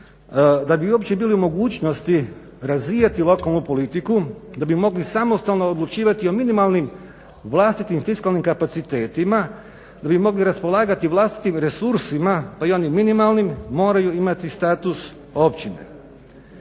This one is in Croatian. da bi uopće bili u mogućnosti razvijati lokalnu politiku, da bi mogli samostalno odlučivati o minimalnim vlastitim fiskalnim kapacitetima, da bi mogli raspolagati vlastitim resursima, pa i onim minimalnim moraju imati status općine.